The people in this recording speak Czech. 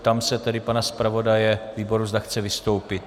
Ptám se tedy pana zpravodaje výboru, zda chce vystoupit.